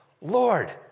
Lord